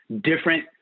different